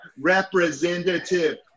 representative